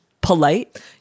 polite